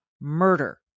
murder